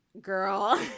girl